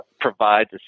provides